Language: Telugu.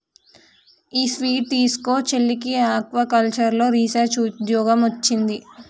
ఈ స్వీట్ తీస్కో, చెల్లికి ఆక్వాకల్చర్లో రీసెర్చ్ ఉద్యోగం వొచ్చింది